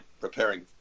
preparing